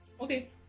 Okay